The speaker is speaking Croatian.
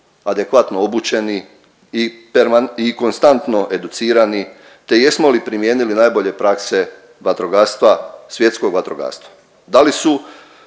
adekvatno obučeni i konstantno educirani te jesmo li primijenili najbolje praksa vatrogastva,